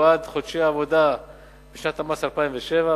בעד חודשי עבודה בשנת המס 2007,